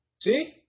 See